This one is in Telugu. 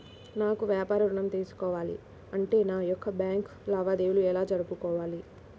నాకు వ్యాపారం ఋణం తీసుకోవాలి అంటే నా యొక్క బ్యాంకు లావాదేవీలు ఎలా జరుపుకోవాలి?